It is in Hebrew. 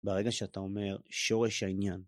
ברגע שאתה אומר שורש העניין.